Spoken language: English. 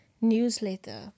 newsletter